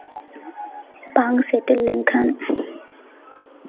ᱵᱟᱝ ᱥᱮᱴᱮᱨ ᱞᱮᱱᱠᱷᱟᱱ